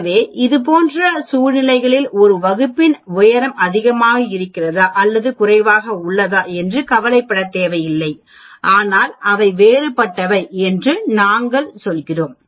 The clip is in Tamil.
எனவே இதுபோன்ற சூழ்நிலைகளில் ஒரு வகுப்பின் உயரம் அதிகமாக இருக்கிறதா அல்லது குறைவாக உள்ளதா என்று கவலைப்பட தேவையில்லை ஆனால் அவை வேறுபட்டவை என்று நாங்கள் சொல்கிறோம்